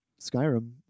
Skyrim